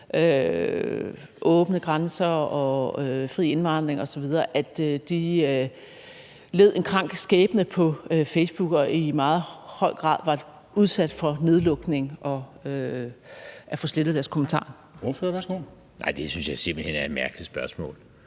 åbne grænser og fri indvandring osv., led en krank skæbne på Facebook og i meget høj grad var udsat for nedlukning ved at få slettet deres kommentarer? Kl. 10:49 Formanden (Henrik Dam